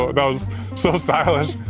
ah that was so stylish.